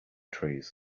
trees